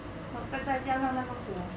然后再加上那个火